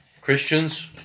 Christians